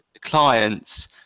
clients